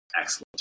excellent